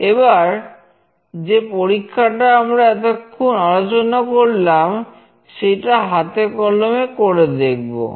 এবারে যে পরীক্ষাটা আমরা এতক্ষণ আলোচনা করলাম সেইটা হাতে কলমে করে দেখব আমরা